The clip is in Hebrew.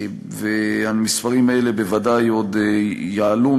והמספרים האלה בוודאי עוד יעלו,